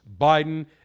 Biden